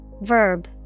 Verb